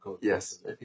Yes